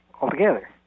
altogether